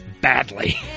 badly